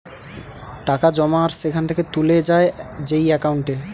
টাকা জমা আর সেখান থেকে তুলে যায় যেই একাউন্টে